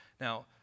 Now